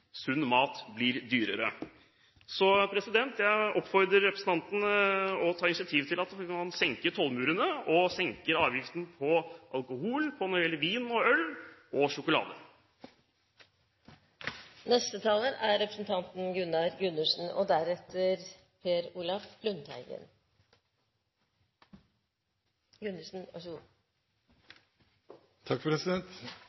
sunn mat blir dyrere. Så jeg oppfordrer representanten til å ta initiativ til at man senker tollmurene og senker avgiftene på alkohol, både når det gjelder vin og øl og